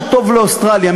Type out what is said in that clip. אני אומר: מה שטוב לאוסטרליה,